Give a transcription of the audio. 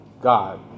God